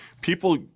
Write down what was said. people